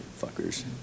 Fuckers